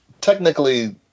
technically